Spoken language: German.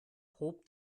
hob